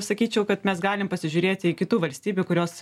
sakyčiau kad mes galim pasižiūrėti į kitų valstybių kurios